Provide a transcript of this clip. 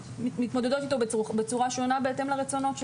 מתמודדות איתו בצורה שונה בהתאם לרצונות שלהן.